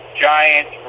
Giants